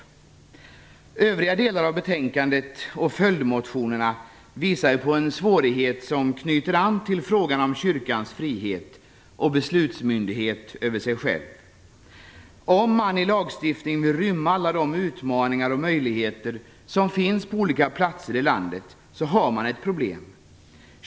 I övriga delar av betänkandet och i de motioner som behandlas där visas på en svårighet som knyter an till frågan om kyrkans frihet och beslutsmyndighet över sig själv. Om man i lagstiftning vill rymma alla de utmaningar och möjligheter som finns på olika platser i landet har man ett problem.